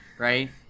Right